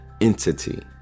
entity